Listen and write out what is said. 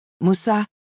Musa